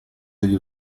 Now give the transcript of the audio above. degli